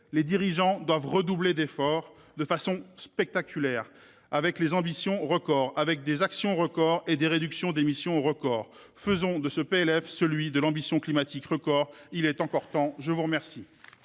Les dirigeants doivent redoubler d’efforts de façon spectaculaire, avec des ambitions records, des actions records, et des réductions des émissions records. » Faisons de ce PLF celui de l’ambition climatique record. Il est encore temps ! La parole